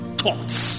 thoughts